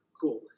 cool